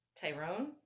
Tyrone